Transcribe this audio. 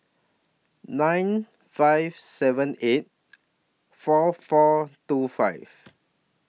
nine five seven eight four four two five